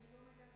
אני לא מדברת.